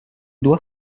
doit